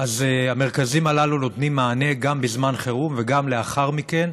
אז המרכזים הללו נותנים מענה גם בזמן חירום וגם לאחר מכן,